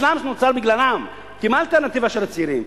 הסלאמס נוצר בגללם, כי מה האלטרנטיבה של הצעירים?